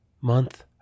month